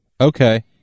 Okay